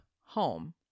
home